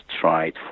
tried